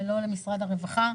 ולא למשרד הרווחה,